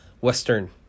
western